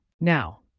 Now